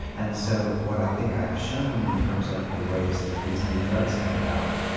and so what i think i've shown in terms of the ways that these new drugs came about,